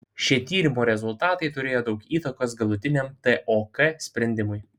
šie tyrimo rezultatai turėjo daug įtakos galutiniam tok sprendimui